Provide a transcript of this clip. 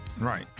Right